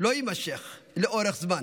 לא יימשך לאורך זמן,